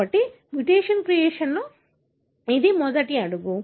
కాబట్టి mutation creation లో ఇది మొదటి అడుగు